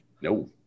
No